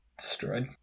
destroyed